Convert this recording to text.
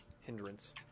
hindrance